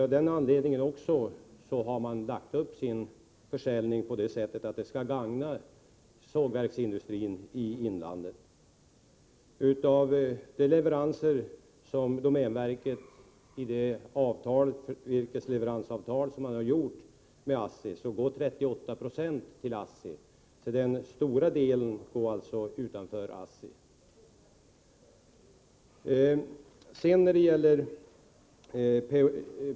Av den anledningen har man också lagt upp sin försäljning på det sättet att den skall gagna sågverksindustrin i inlandet. I det virkesleveransavtal som domänverket har träffat med ASSI går 38 970 av virket till ASSI. Den största delen går alltså till andra företag.